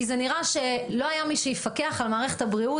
זה נראה שלא היה מי שיפקח על מערכת הבריאות